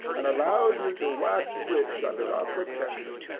and allowed you to wax rich under our protection.